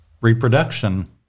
reproduction